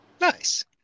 Nice